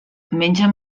mengen